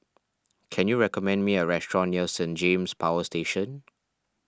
can you recommend me a restaurant near Saint James Power Station